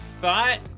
thought